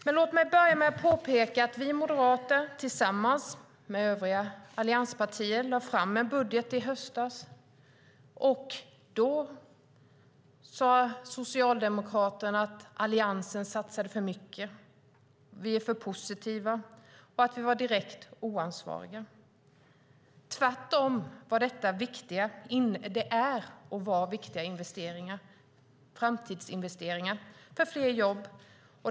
Men låt mig börja med att påpeka att vi moderater tillsammans med övriga allianspartier lade fram en budget i höstas. Då sade Socialdemokraterna att Alliansen satsade för mycket, att vi var för positiva och att vi var direkt oansvariga. Detta är och var tvärtom viktiga framtidsinvesteringar för fler jobb.